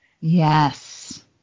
Yes